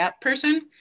person